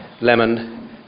Lemon